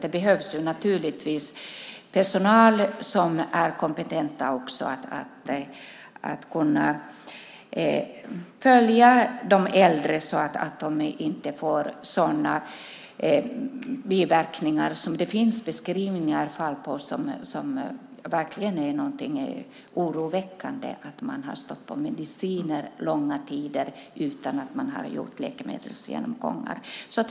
Det behövs naturligtvis personal som har kompetens att kunna följa de äldre så att de inte får sådana biverkningar som det finns beskrivna fall på och som verkligen är oroväckande. Man har gett mediciner under långa tider utan att göra läkemedelsgenomgångar.